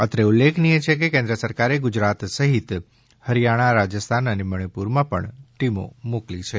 અત્રે ઉલ્લેખનીય છે કે કેન્દ્ર સરકારે ગુજરાત સહિત હરિયાણા રાજસ્થાન મણિપુરમાં પણ ટીમો મોકલી છે